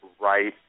right